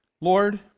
Lord